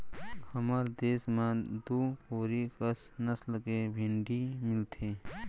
हमर देस म दू कोरी कस नसल के भेड़ी मिलथें